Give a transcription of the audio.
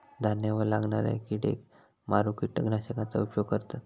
धान्यावर लागणाऱ्या किडेक मारूक किटकनाशकांचा उपयोग करतत